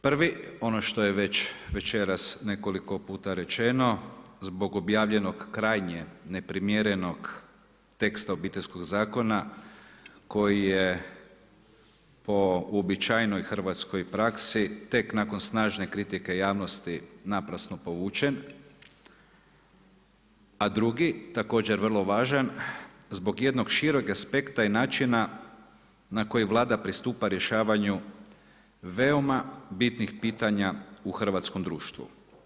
Prvi ono što je već večeras nekoliko puta rečeno, zbog objavljenog krajnje neprimjerenog teksta Obiteljskog zakona koji je po uobičajenoj hrvatskoj praksi tek nakon snažne kritike javnosti naprasno povučen, a drugi također vrlo važan zbog jednog šireg aspekta i načina na koji Vlada pristupa rješavanju veoma bitnih pitanja u hrvatskom društvu.